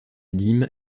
dîme